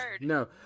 no